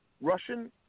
Russian